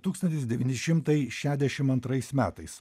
tūkstantis devyni šimtai šiadešim antrais metais